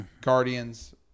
Guardians